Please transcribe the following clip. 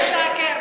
משקר.